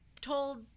told